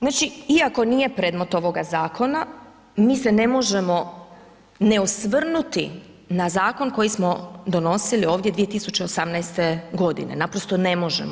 Znači iako nije predmet ovoga zakona mi se ne možemo ne osvrnuti na zakon koji smo donosili ovdje 2018. godine, naprosto ne možemo.